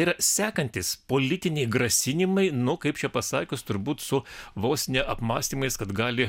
ir sekantys politiniai grasinimai nu kaip čia pasakius turbūt su vos ne apmąstymais kad gali